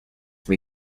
may